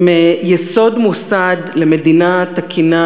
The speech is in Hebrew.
הם יסוד מוסד למדינה תקינה,